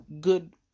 Good